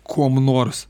kuom nors